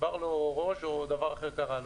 נשבר לו ראש או דבר אחר קרה לו.